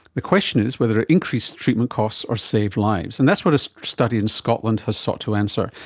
the question is whether it increases treatment costs or saves lives. and that's what a study in scotland has sought to answer.